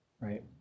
right